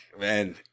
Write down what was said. man